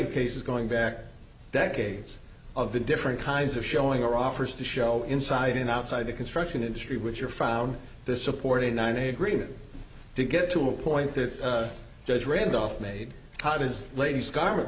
of cases going back decades of the different kinds of showing or offers to show inside and outside the construction industry which are found this supporting ninety agreement to get to a point the judge randolph made hottest ladies garment